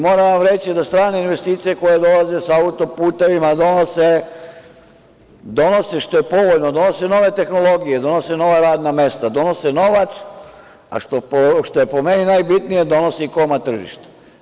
Moram vam reći da strane investicije koje dolaze sa auto-putevima donose, što je povoljno, donose nove tehnologije, donose nova radna mesta, donose novac, a što je po meni najbitnije, donose i komad tržišta.